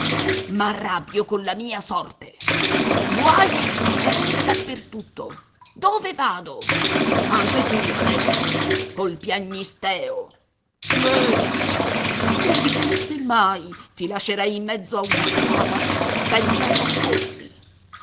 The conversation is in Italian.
detto m'arrabbio colla mia sorte guai e seccature da per tutto dove vado anche tu adesso col piagnisteo bestia credi che se mai ti lascerei in mezzo a una strada senza soccorsi